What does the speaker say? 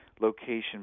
location